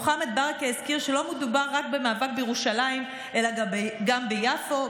מוחמד ברכה הזכיר שלא מדובר רק במאבק בירושלים אלא גם ביפו,